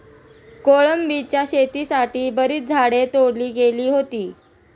कोलंबीच्या शेतीसाठी बरीच झाडे तोडली गेली होती